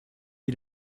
you